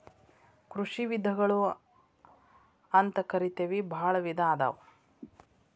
ಕೃಷಿ ವಿಧಗಳು ಅಂತಕರಿತೆವಿ ಬಾಳ ವಿಧಾ ಅದಾವ